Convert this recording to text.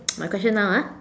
my question now ah